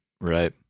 Right